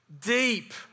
deep